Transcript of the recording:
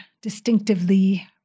distinctively